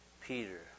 Peter